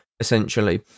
essentially